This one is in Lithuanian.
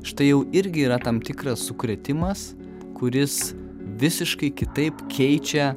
štai jau irgi yra tam tikras sukrėtimas kuris visiškai kitaip keičia